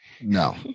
No